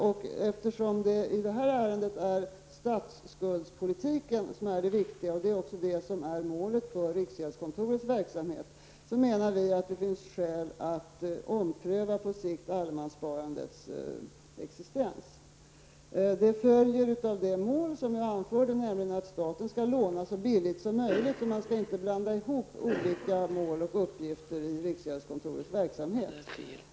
Och eftersom det viktiga i det här ärendet är statsskuldspolitiken, vilken också är målet för riksgäldskontorets verksamhet, menar vi att det finns skäl att på sikt ompröva allemanssparandets existens. Det följer av det mål som jag anförde, nämligen att staten skall låna så billigt som möjligt. Och man skall inte blanda ihop olika mål och uppgifter i riksgäldskontorets verksamhet.